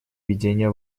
ведения